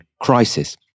crisis